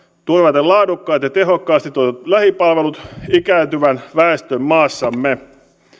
turvaten laadukkaat ja tehokkaasti tuotetut lähipalvelut ikääntyvän väestön maassamme